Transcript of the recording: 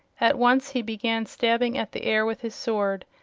at once he began stabbing at the air with his sword,